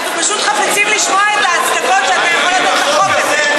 אנחנו פשוט חפצים לשמוע את ההצדקות שאתה יכול לתת לחוק הזה.